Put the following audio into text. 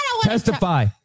testify